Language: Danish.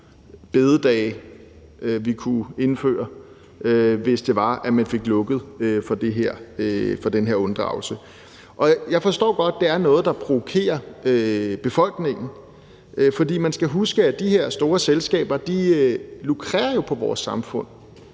bededage, som vi kunne indføre, hvis det var, at man fik lukket for den her unddragelse. Jeg forstår godt, det er noget, der provokerer befolkningen, for man skal huske, at de her store selskaber jo lukrerer på vores samfund.